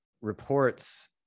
reports